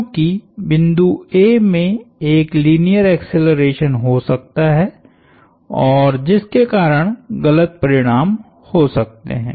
क्योंकि बिंदु A में एक लीनियर एक्सेलरेशन हो सकता है और जिसके कारण गलत परिणाम हो सकते हैं